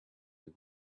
and